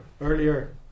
earlier